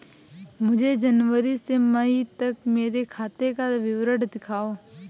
मुझे जनवरी से मई तक मेरे खाते का विवरण दिखाओ?